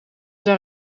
daar